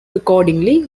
accordingly